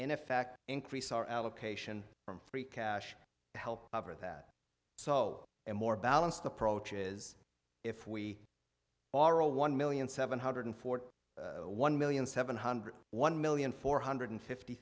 in effect increase our allocation from cash to help cover that so and more balanced approach is if we are all one million seven hundred forty one million seven hundred one million four hundred fifty